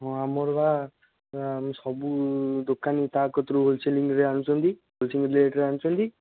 ହଁ ଆମର ପା ଆମେ ସବୁ ଦୋକାନୀ ତା କତିରୁ ହୋଲ୍ ସେଲିଙ୍ଗ୍ରେ ଆଣୁଛନ୍ତି ହୋଲ୍ ସେଲିଙ୍ଗ୍ ରେଟ୍ରେ ଆଣୁଛନ୍ତି